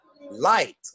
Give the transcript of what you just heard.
light